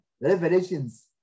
revelations